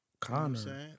Connor